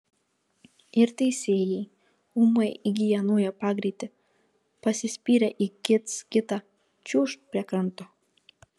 ir teisėjai ūmai įgiję naują pagreitį pasispyrę į kits kitą čiūžt prie kranto